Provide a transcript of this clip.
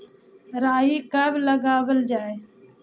राई कब लगावल जाई?